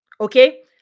Okay